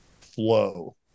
flow